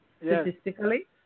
statistically